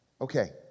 Okay